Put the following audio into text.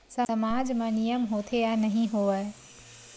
सामाज मा नियम होथे या नहीं हो वाए?